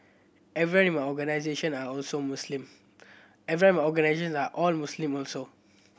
everyone in my organisation are also Muslim everyone my organisation are all Muslim also